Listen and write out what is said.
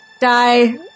die